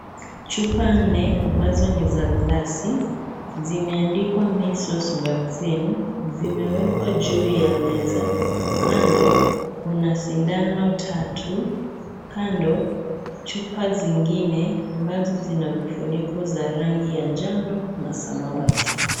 Chupa nne ambazo ni za glasi zimeandikwa Measles Vaccine zimewekwa juu ya meza, kando kuna sindano tatu, kando chupa zingine ambazo zina vifuniko za rangi ya njano na samawati.